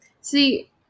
See